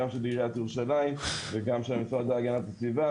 גם של עיריית ירושלים וגם של המשרד להגנת הסביבה,